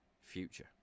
future